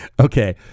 Okay